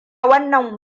wannan